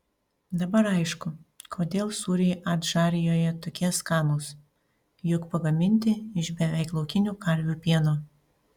dabar aišku kodėl sūriai adžarijoje tokie skanūs juk pagaminti iš beveik laukinių karvių pieno